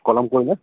কলম কৰিলে